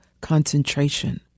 concentration